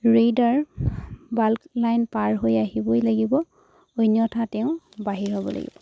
raider baulk line পাৰ হৈ আহিবই লাগিব অন্যথা তেওঁ বাহিৰ হ'ব লাগিব